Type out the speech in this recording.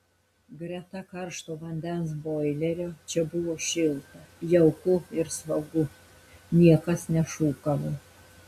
greta karšto vandens boilerio čia buvo šilta jauku ir saugu niekas nešūkavo